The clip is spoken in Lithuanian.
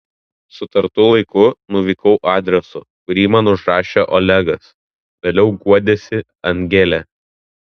sutartu laiku nuvykau adresu kurį man užrašė olegas vėliau guodėsi angelė